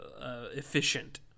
efficient